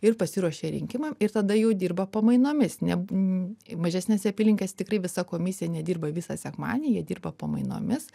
ir pasiruošia rinkimam ir tada jau dirba pamainomis ne m mažesnėse apylinkėse tikrai visa komisija nedirba visą sekmadienį jie dirba pamainomis